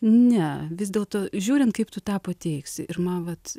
ne vis dėlto žiūrint kaip tu tą pateiksi ir man vat